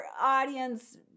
audience